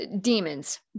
demons